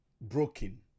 broken